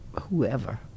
whoever